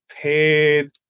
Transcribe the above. paid